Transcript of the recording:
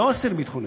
לא אסיר ביטחוני,